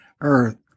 Earth